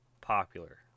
popular